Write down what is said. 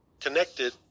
connected